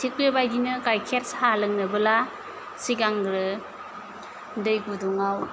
बेबायदिनो गाइखेर साह लोंनोबोला सिगांग्रो दै गुदुङाव